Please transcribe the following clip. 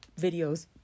videos